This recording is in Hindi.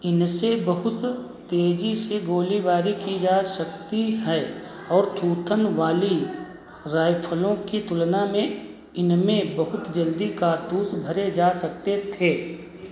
इनसे बहुत तेजी से गोलीबारी की जा सकती है और थूथन वाली राइफ़लों की तुलना में इनमें बहुत जल्दी कारतूस भरे जा सकते थे